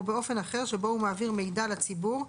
או באופן אחר שבו הוא מעביר מידע לציבור,